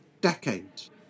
decades